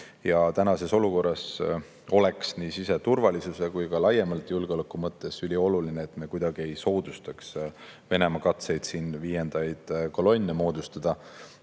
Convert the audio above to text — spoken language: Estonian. Tänases olukorras oleks nii siseturvalisuse kui ka laiemalt julgeoleku mõttes ülioluline, et me kuidagi ei soodustaks Venemaa katseid siin viiendaid kolonne moodustada.